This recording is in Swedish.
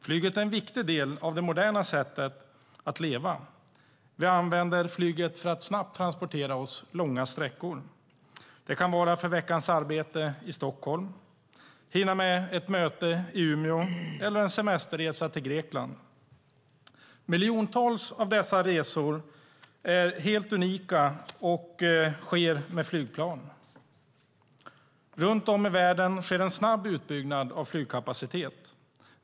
Flyget är en viktig del av det moderna sättet att leva. Vi använder flyget för att snabbt transportera oss långa sträckor. Det kan vara för veckans arbete i Stockholm, för att hinna med ett möte i Umeå eller för att åka på semesterresa till Grekland. Miljontals av dessa resor är helt unika och sker med flygplan. Runt om i världen sker en snabb utbyggnad av flygkapacitet.